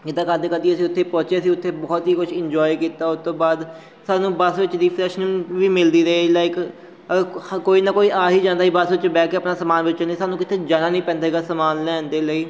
ਇੱਦਾਂ ਕਰਦੇ ਕਰਦੇ ਅਸੀਂ ਉੱਥੇ ਪਹੁੰਚੇ ਅਸੀਂ ਉੱਥੇ ਬਹੁਤ ਹੀ ਕੁਛ ਇੰਜੋਏ ਕੀਤਾ ਉਸ ਤੋਂ ਬਾਅਦ ਸਾਨੂੰ ਬੱਸ ਵਿੱਚ ਰੀਫਰੈਸ਼ਮੈਂਟ ਵੀ ਮਿਲਦੀ ਰਹੀ ਲਾਇਕ ਹ ਕੋਈ ਨਾ ਕੋਈ ਆ ਹੀ ਜਾਂਦਾ ਸੀ ਬੱਸ 'ਚ ਬਹਿ ਕੇ ਆਪਣਾ ਸਮਾਨ ਵੇਚਣ ਲਈ ਸਾਨੂੰ ਕਿੱਥੇ ਜਾਣਾ ਨਹੀਂ ਪੈਂਦਾ ਸੀਗਾ ਸਮਾਨ ਲੈਣ ਦੇ ਲਈ